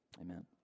amen